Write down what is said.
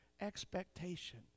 expectation